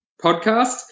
podcast